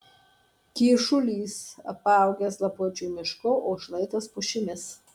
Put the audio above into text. kyšulys apaugęs lapuočių mišku o šlaitas pušimis